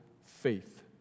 faith